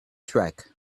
track